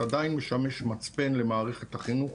עדיין משמש מצפן למערכת החינוך